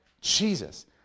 Jesus